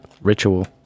ritual